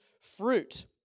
fruit